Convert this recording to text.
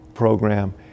program